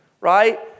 right